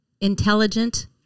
Intelligent